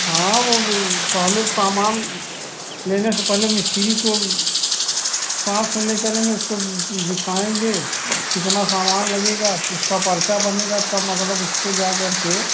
हाँ वह भी पहले सामान लेने से पहले मिस्त्री को साथ में ले चलेंगे उसको दिखाएँगे कितना सामान लगेगा उसका पर्चा बनेगा तब मतलब उसको जाकर के